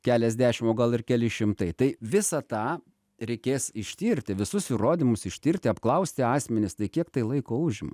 keliasdešim o gal ir keli šimtai tai visą tą reikės ištirti visus įrodymus ištirti apklausti asmenis tai kiek tai laiko užima